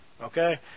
Okay